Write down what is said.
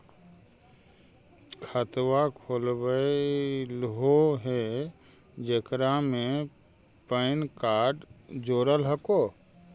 खातवा खोलवैलहो हे जेकरा मे पैन कार्ड जोड़ल हको?